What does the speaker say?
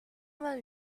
vingt